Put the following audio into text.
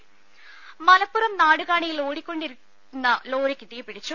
ദേദ മലപ്പുറം നാടുകാണിയിൽ ഓടിക്കൊണ്ടിരുന്ന ലോറിയ്ക്ക് തീപിടിച്ചു